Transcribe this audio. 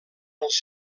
els